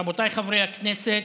רבותיי חברי הכנסת,